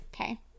Okay